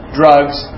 drugs